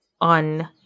on